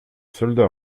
soldats